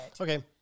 Okay